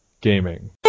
gaming